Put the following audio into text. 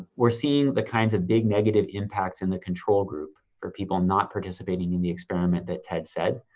we're seeing the kinds of big negative impacts in the control group for people not participating in the experiment that ted said.